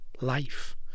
life